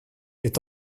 est